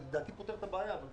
וזה לדעתי פותר את הבעיה: